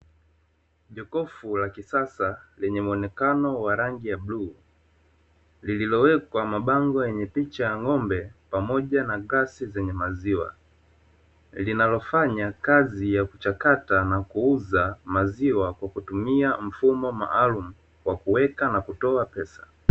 Jokofu la kisasa lenye muonekano wa rangi ya bluu, Llililo wekwa mabango yenye picha ya ng'ombe pamoja na glasi zenye maziwa, Linalo fanya kazi ya kuchakata na kuuza maziwa kwa kutumia mfumo maalumu wakuweka na kutoa pesa.